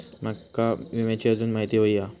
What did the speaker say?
माका विम्याची आजून माहिती व्हयी हा?